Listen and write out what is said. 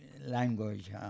language